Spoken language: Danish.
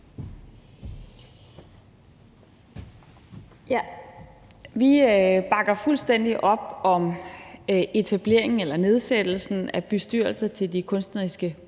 Vi bakker fuldstændig op om etableringen eller nedsættelsen af bestyrelser til de kunstneriske